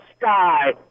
Sky